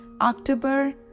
October